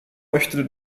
möchte